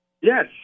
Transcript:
Yes